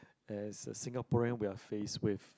as a Singaporean we're face with